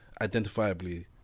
identifiably